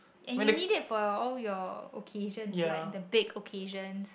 and you needed for your all your occasions like the big occasions